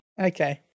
Okay